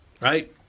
right